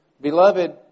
Beloved